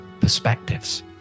perspectives